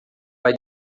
vai